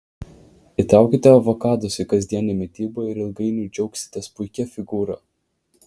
įtraukite avokadus į kasdienę mitybą ir ilgainiui džiaugsitės puikia figūra